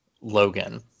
Logan